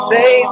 Say